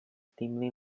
dimly